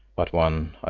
but one,